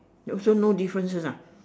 also no differences ah